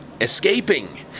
escaping